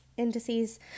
indices